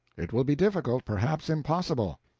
it will be difficult perhaps impossible.